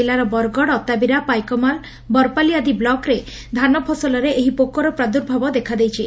କିଲ୍ଲାର ବରଗଡ଼ ଅତାବିରା ପାଇକମାଲ ବରପାଲି ଆଦି ବ୍ଲକରେ ଧାନ ଫସଲରେ ଏହି ପୋକର ପ୍ରାଦୂର୍ଭାବ ଦେଖାଦେଇଛି